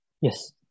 Yes